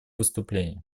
выступление